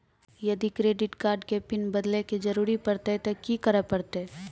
यदि credit card के PIN बदले के जरूरी परतै ते की करे परतै?